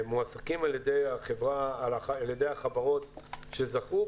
מועסקים על-ידי החברות שזכו.